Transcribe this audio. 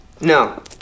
No